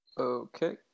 Okay